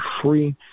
free